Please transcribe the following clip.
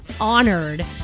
honored